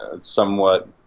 somewhat